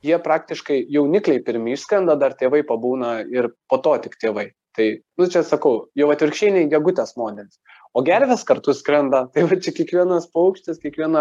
jie praktiškai jaunikliai pirmi išskrenda dar tėvai pabūna ir po to tik tėvai tai nu čia sakau jau atvirkščiai nei gegutės modelis o gervės kartu skrenda tai va čia kiekvienas paukštis kiekviena